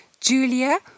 Julia